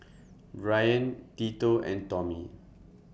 Bryan Tito and Tommie